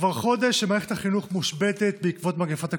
כבר חודש שמערכת החינוך מושבתת בעקבות מגפת הקורונה.